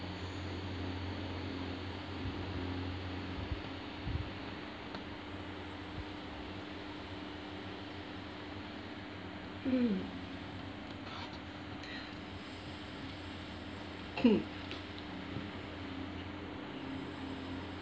mm